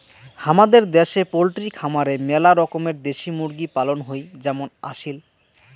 হামাদের দ্যাশে পোলট্রি খামারে মেলা রকমের দেশি মুরগি পালন হই যেমন আসিল